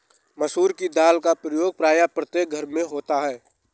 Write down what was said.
मसूर की दाल का प्रयोग प्रायः प्रत्येक घर में होता है